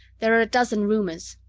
there are a dozen rumors.